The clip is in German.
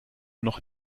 noch